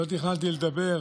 לא תכננתי לדבר,